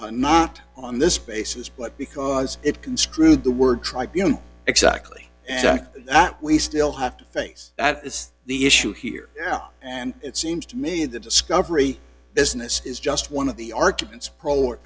it not on this basis but because it can screw the word tribe exactly and that we still have to face that is the issue here and it seems to me the discovery business is just one of the arguments pro or